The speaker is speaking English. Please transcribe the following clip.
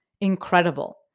incredible